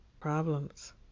Problems